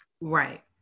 Right